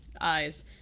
eyes